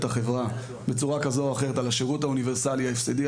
החברה בצורה כזו או אחרת על השירות האוניברסלי ההפסדי,